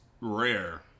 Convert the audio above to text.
rare